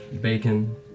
Bacon